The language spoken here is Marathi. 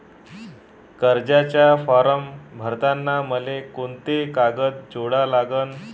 कर्जाचा फारम भरताना मले कोंते कागद जोडा लागन?